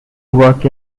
work